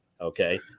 okay